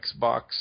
Xbox